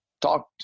talked